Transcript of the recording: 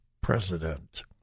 president